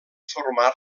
formar